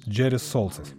džeris solsas